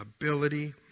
ability